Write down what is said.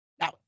Now